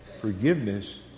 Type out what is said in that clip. Forgiveness